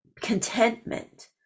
contentment